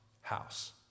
house